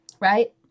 right